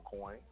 coin